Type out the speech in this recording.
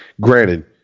granted